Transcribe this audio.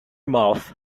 mouth